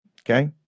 okay